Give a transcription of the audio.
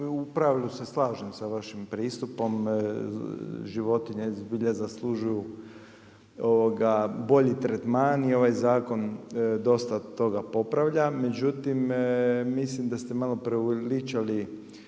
u pravilu se slažem sa vašim pristupom, životinje zbilja zaslužuju bolji tretman i ovaj zakon dosta toga popravlja. Međutim, mislim da ste malo preuveličali